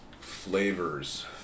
flavors